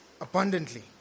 abundantly